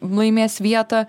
laimės vietą